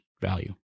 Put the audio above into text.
value